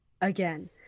again